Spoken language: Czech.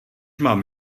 mám